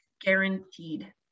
guaranteed